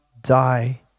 die